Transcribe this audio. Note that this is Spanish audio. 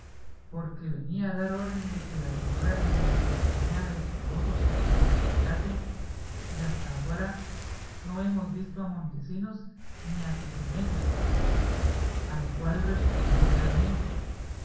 porque venía a dar orden de que la señora doña dulcinea del toboso se desencantase y hasta agora no hemos visto a montesinos ni a sus semejas a lo cual respondió merlín